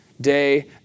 day